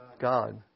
god